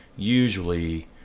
Usually